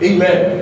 Amen